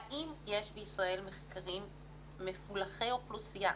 האם יש בישראל מחקרים מפולחי אוכלוסייה.